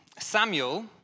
Samuel